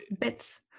bits